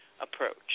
approach